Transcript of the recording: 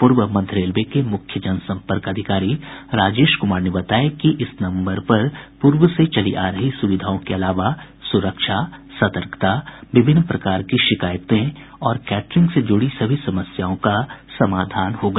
पूर्व मध्य रेलवे के मुख्य जनसंपर्क अधिकारी राजेश कुमार ने बताया कि इस नम्बर पर पूर्व से चली आ रही सुविधाओं के अलावा सुरक्षा सतर्कता विभिन्न प्रकार की शिकायतें और कैटरिंग से जुड़ी सभी समस्याओं का समाधान होगा